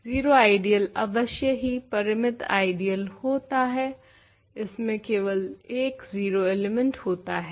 0 ideal अवश्य ही परिमित आइडियल होता है इसमें केवल एक 0 एलिमेंट होता है